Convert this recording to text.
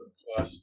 plus